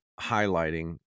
highlighting